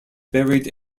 buried